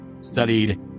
studied